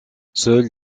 seules